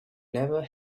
never